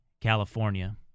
California